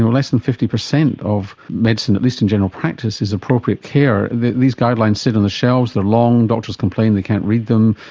less than fifty percent of medicine, at least in general practice, is appropriate care. these guidelines sit on the shelves, they're long, doctors complain they can't read them,